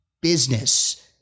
business